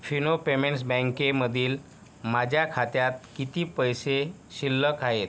Fino payments बँकेमधील माझ्या खात्यात किती पैसे शिल्लक आहेत